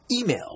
Email